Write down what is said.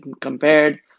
compared